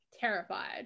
terrified